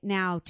now